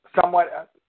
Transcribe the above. somewhat –